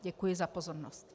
Děkuji za pozornost.